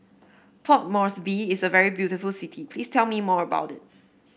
Port Moresby is a very beautiful city please tell me more about it